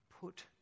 put